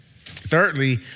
Thirdly